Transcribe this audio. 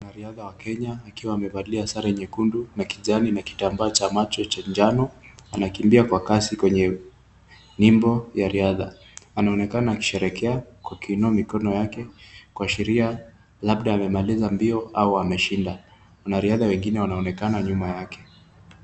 Mwanariadha wa Kenya akiwa amevalia sare nyekundu na kijani, na kitambaa cha macho cha njano, anakimbia kwa kasi kwenye mbio ya riadha, anaonekana akisherekea akiinua mikono yake, kuashiria labda amemaliza mbio au ameshinda. Wanariadha wengi wanaonekana nyuma yake.